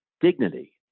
dignity